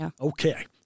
Okay